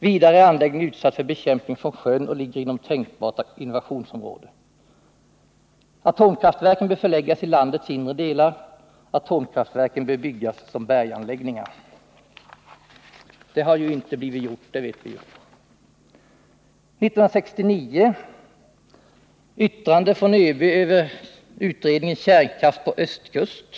Vidare är anläggningen utsatt för bekämpning från sjön och ligger inom tänkbart invasionsområde ——-— att atomkraftverken bör förläggas i landets inre delar ——-— atomkraftverken bör byggas som berganläggningar.” Som vi vet har detta inte blivit gjort. 1969 yttrade sig ÖB om utredningen Kärnkraft på östkust.